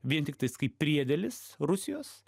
vien tiktais kaip priedėlis rusijos